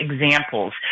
examples